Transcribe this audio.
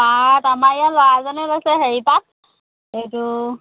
part আমাৰ ইয়াৰ ল'ৰা এজন লৈছে হেৰি পাৰ্ট এইটো